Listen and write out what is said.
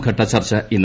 ഘട്ട ചർച്ച ഇന്ന്